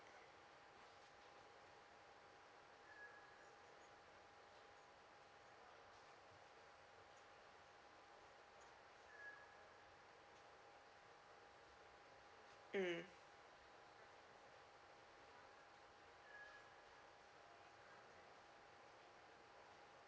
mm